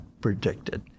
predicted